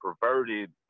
perverted